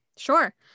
sure